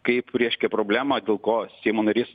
kaip reiškia problemą dėl ko seimo narys